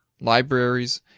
libraries